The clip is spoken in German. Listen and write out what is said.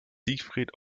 siegfried